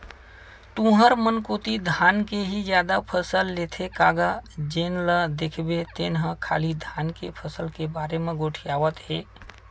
तुंहर मन कोती धान के ही जादा फसल लेथे का गा जेन ल देखबे तेन ह खाली धान के फसल के बारे म गोठियावत हे?